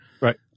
Right